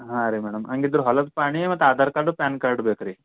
ಹಾಂ ರೀ ಮೇಡಮ್ ಹಂಗಿದ್ರ್ ಹೊಲದ ಪಹಣಿ ಮತ್ತು ಆಧಾರ್ ಕಾರ್ಡು ಪ್ಯಾನ್ ಕಾರ್ಡು ಬೇಕು ರೀ